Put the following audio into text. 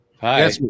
Hi